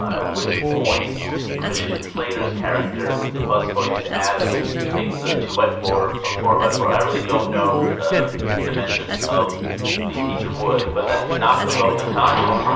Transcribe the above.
at which point christian slater's character who is the busboy named adam takes a two by four or four by four. i really don't know ah the dimensions of the piece of wood but then knocked them both unconscious